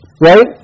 Right